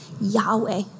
Yahweh